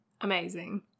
Amazing